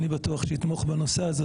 אני בטוח שיתמוך בנושא הזה.